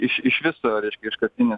iš iš viso reiškia iškastinis